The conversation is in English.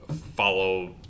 follow